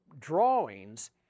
drawings